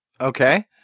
Okay